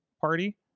party